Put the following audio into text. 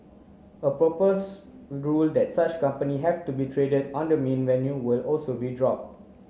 a propose rule that such company have to be traded on the mean venue will also be drop